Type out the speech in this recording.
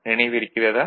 நினைவிருக்கிறதா